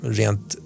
rent